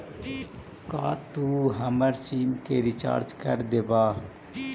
का तू हमर सिम के रिचार्ज कर देबा